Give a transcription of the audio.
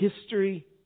history